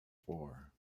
four